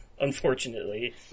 Unfortunately